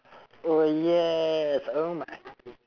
oh yes oh my